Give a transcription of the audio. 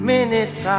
Minutes